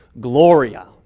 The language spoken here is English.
Gloria